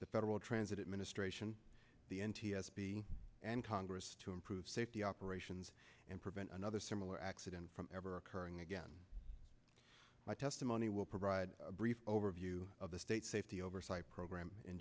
the federal transit ministration the n t s b and congress to improve safety operations and prevent another similar accident from ever occurring again my testimony will provide a brief overview of the state safety oversight program in